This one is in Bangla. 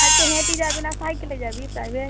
আজকে হেঁটে যাবি না সাইকেলে যাবি প্রাইভেট